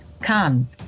Come